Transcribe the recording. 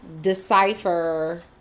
decipher